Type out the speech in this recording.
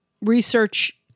research